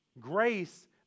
grace